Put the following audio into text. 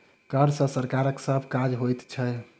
कर सॅ सरकारक सभ काज होइत छै